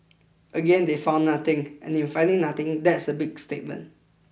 again they found nothing and in finding nothing that's a big statement